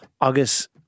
August